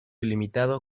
ilimitado